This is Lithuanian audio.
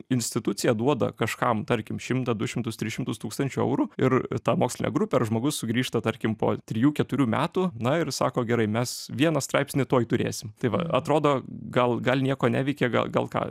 institucija duoda kažkam tarkim šimtą du šimtus tris šimtus tūkstančių eurų ir tą mokslinę grupę ir žmogus sugrįžta tarkim po trijų keturių metų na ir sako gerai mes vieną straipsnį tuoj turėsim tai va atrodo gal gal nieko neveikė gal ką